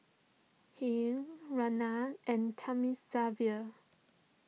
Hri Ramnath and Thamizhavel